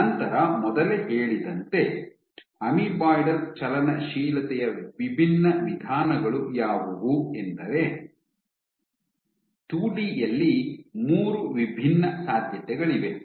ನಂತರ ಮೊದಲೇ ಹೇಳಿದಂತೆ ಅಮೀಬಾಯ್ಡಲ್ ಚಲನಶೀಲತೆಯ ವಿಭಿನ್ನ ವಿಧಾನಗಳು ಯಾವುವು ಎಂದರೆ ಟೂಡಿ ಯಲ್ಲಿ ಮೂರು ವಿಭಿನ್ನ ಸಾಧ್ಯತೆಗಳಿವೆ